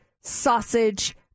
sausage